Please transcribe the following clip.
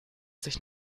sich